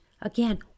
again